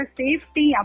safety